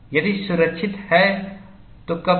यदि सुरक्षित है तो कब तक